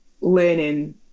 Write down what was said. learning